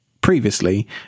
previously